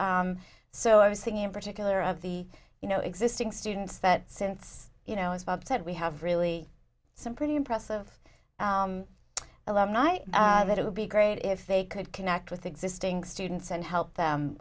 or so i was thinking in particular of the you know existing students that since you know as bob said we have really some pretty impressive alumni that it would be great if they could connect with existing students and help them